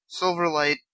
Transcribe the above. Silverlight